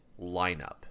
lineup